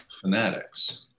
fanatics